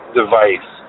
device